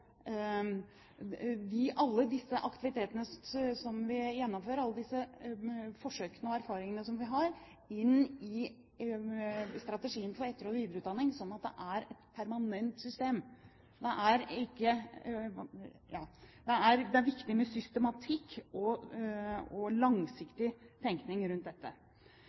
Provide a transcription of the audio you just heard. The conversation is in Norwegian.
alle de aktivitetene som vi gjennomfører, alle disse forsøkene og erfaringene, inn i strategien for etter- og videreutdanning, slik at det blir et permanent system. Det er viktig med systematikk og langsiktig tenkning rundt dette. Det